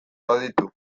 baditu